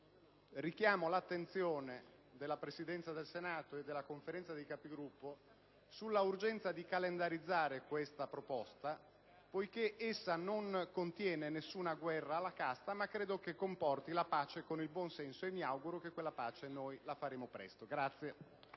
Richiamo l'attenzione della Presidenza del Senato e della Conferenza dei Capigruppo sull'urgenza di calendarizzare questa proposta, poiché essa non contiene nessuna guerra alla «casta», ma credo che comporti la pace con il buonsenso, e mi auguro che quella pace la faremo presto.